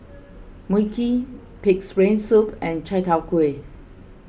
Mui Kee Pig's Brain Soup and Chai Tow Kway